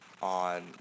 on